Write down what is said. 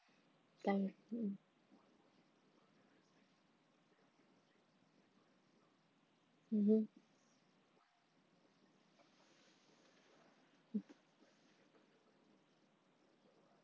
time mm mmhmm hmm